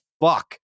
fuck